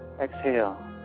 exhale